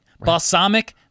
Balsamic